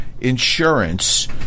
insurance